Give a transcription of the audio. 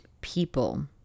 people